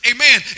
Amen